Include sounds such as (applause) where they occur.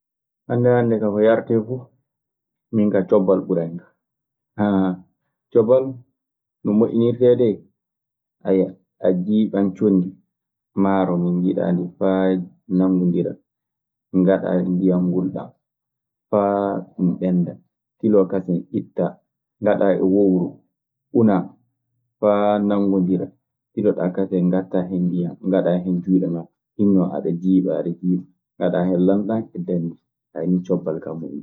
Hannde hannde kaa ko yaretee fuu, min kaa cobbal ɓuranikan. (hesitation) cobbal no moƴƴinirtee dee. (hesitation) a jiiɓan condi, maaro ndi njiiɗaa ndii faa nangondira, ngaɗaa e ndiyan ngulɗan faa ɗun mennda. Tiloo kaseŋ itta, ngaɗaa e wowru, unaa faa nangondira. Tiloɗaa kaseŋ ngattaa hen ndiyan, ngaɗaa hen juuɗe maa. Hinno, aɗe jiiɓa, aɗe jiiɓa. Ngaɗaa hen lanɗan e dandi. (hesitation) nii cobbal kaa moƴƴinirtee.